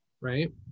Right